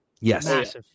Yes